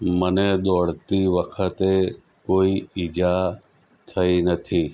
મને દોડતી વખતે કોઈ ઈજા થઈ નથી